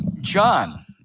John